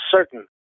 certain